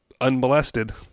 unmolested